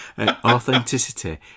Authenticity